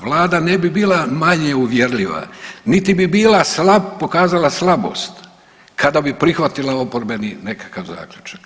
Vlada ne bi bila manje uvjerljiva niti bi bila slab pokazala slabost kada bi prihvatila oporbeni nekakav zaključak.